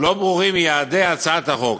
לא ברורים יעדי הצעת החוק,